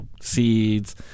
seeds